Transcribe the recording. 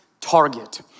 target